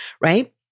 Right